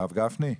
הרב גפני,